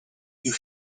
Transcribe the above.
you